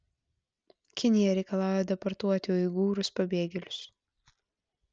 kinija reikalauja deportuoti uigūrus pabėgėlius